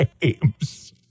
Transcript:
games